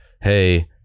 Hey